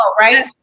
Right